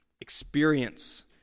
experience